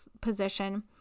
position